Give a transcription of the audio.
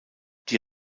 die